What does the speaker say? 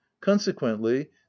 consequently